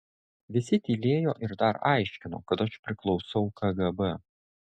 visi tylėjo ir dar aiškino kad aš priklausau kgb